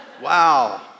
Wow